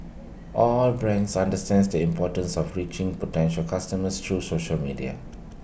all brands understands the importance of reaching potential customers through social media